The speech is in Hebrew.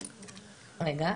רגע,